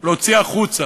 החוצה.